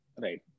Right